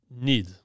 need